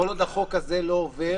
כל עוד החוק הזה לא עובר,